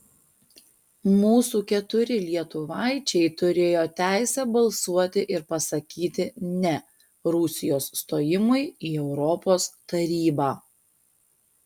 mūsų keturi lietuvaičiai turėjo teisę balsuoti ir pasakyti ne rusijos stojimui į europos tarybą